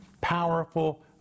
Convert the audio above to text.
Powerful